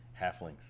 halflings